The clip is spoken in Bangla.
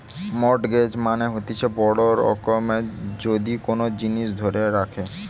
মর্টগেজ মানে হতিছে বড় রকমের যদি কোন জিনিস ধরে রাখে